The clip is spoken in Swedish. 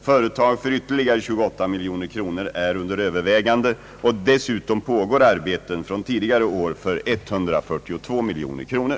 Företag för ytterligare 28 miljoner kronor är under övervägande, och dessutom pågår arbeten från tidigare år för 142 miljoner kronor.